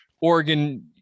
Oregon